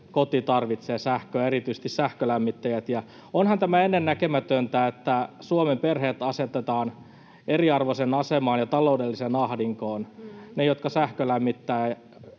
koti tarvitsee sähköä, erityisesti sähkölämmittäjät. Ja onhan tämä ennennäkemätöntä, että Suomen perheet asetetaan eriarvoiseen asemaan ja taloudelliseen ahdinkoon. Niistä, jotka sähkölämmittävät,